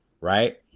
right